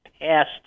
Past